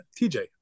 TJ